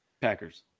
Packers